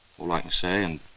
all i can say and,